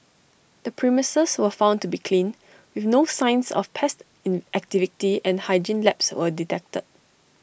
the premises was found to be clean with no signs of pest in activity and hygiene lapse were detected